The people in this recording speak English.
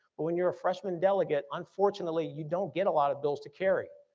but when you're a freshman delegate, unfortunately you don't get a lot of bills to carry.